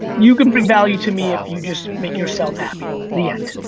you can bring value to me if you just make yourself happy, the end.